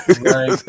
Right